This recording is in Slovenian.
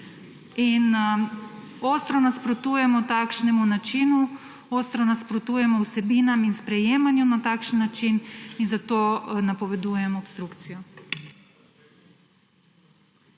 Ostro nasprotujemo takšnemu načinu, ostro nasprotujemo vsebinam in sprejemanjem na takšen način in zato napovedujemo obstrukcijo.